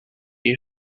you